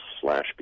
slash